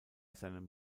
seinem